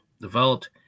developed